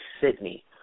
Sydney